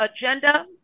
agenda